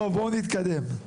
טוב בואו נתקדם.